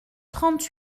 trente